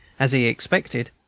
as he expected,